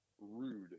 rude